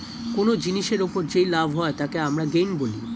কোন জিনিসের ওপর যেই লাভ হয় তাকে আমরা গেইন বলি